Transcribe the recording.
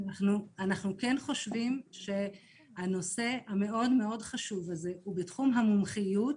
אנחנו כן חושבים שהנושא החשוב הזה הוא בתחום המומחיות,